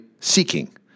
seeking